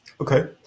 Okay